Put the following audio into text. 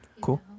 Cool